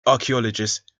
archaeologist